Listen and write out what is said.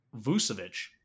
Vucevic